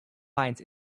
finds